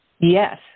Yes